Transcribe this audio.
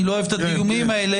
אני לא אוהב את הדימויים האלה